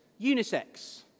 unisex